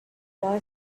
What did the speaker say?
boy